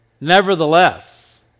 nevertheless